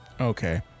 Okay